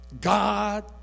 God